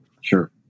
Sure